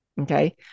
Okay